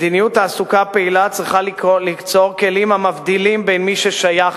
מדיניות תעסוקה פעילה צריכה ליצור כלים המבדילים בין מי ששייך